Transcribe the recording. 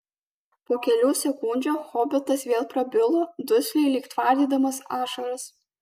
po kelių sekundžių hobitas vėl prabilo dusliai lyg tvardydamas ašaras